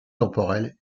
temporelles